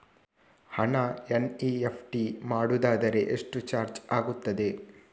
ಹಣ ಎನ್.ಇ.ಎಫ್.ಟಿ ಮಾಡುವುದಾದರೆ ಎಷ್ಟು ಚಾರ್ಜ್ ಆಗುತ್ತದೆ?